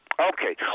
Okay